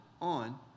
on